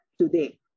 today